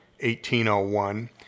1801